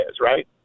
right